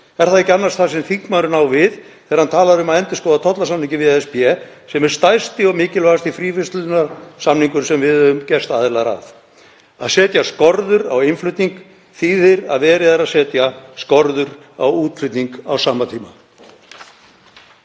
Er það ekki annars það sem þingmaðurinn á við þegar hann talar um að endurskoða tollasamninginn við ESB, sem er stærsti og mikilvægast fríverslunarsamningum sem við höfum gerst aðilar að? Að setja skorður á innflutning þýðir að verið er að setja skorður á útflutning á sama tíma.